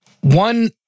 one